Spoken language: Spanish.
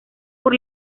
por